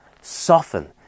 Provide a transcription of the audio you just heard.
Soften